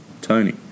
Tony